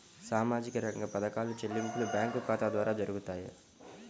సామాజిక రంగ పథకాల చెల్లింపులు బ్యాంకు ఖాతా ద్వార జరుగుతాయా?